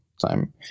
time